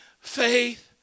faith